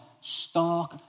stark